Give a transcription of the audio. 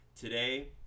Today